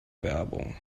werbung